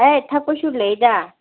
ꯑꯩ ꯊꯛꯄꯁꯨ ꯂꯩꯗ